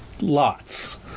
lots